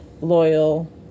loyal